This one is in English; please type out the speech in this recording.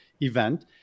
event